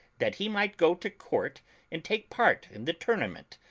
that he might go to court and take part in the tournament,